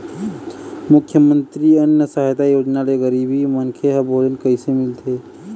मुख्यमंतरी अन्न सहायता योजना ले गरीब मनखे ह भोजन कइसे मिलथे?